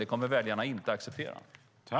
Det kommer väljarna inte att acceptera.